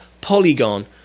Polygon